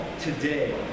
today